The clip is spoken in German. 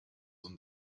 und